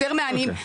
יותר מענים,